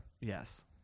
Yes